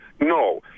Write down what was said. no